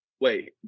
Wait